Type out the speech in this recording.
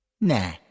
Nah